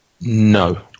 No